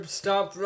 stop